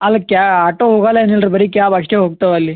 ಅಲ್ಲಿ ಕ್ಯಾ ಆಟೋ ಹೋಗಲ್ಲ ಏನಿಲ್ಲ ರೀ ಬರೀ ಕ್ಯಾಬ್ ಅಷ್ಟೆ ಹೋಗ್ತವ್ ಅಲ್ಲಿ